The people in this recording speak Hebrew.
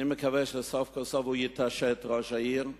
אני מקווה שסוף-סוף ראש העיר יתעשת.